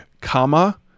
comma